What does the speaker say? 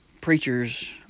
preachers